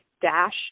dash